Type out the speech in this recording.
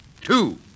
Two